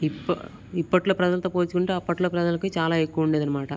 ఇప్ప ఇప్పటీలో ప్రజలతో పోల్చుకుంటే అప్పటీలో ప్రజలకి చాలా ఎక్కువ ఉండేది అన్నమాట